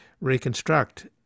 reconstruct